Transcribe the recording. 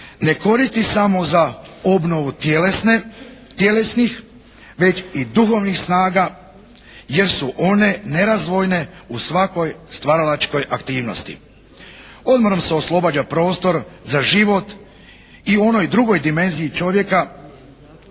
ne koristi samo za obnovu tjelesnih, već i duhovnih snaga jer su one nerazdvojne u svakoj stvaralačkoj aktivnosti. Odmorom se oslobađa prostor za život i u onoj drugoj dimenziji čovjeka